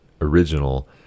original